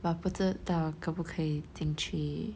but 不知道可不可以进去